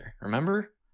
Remember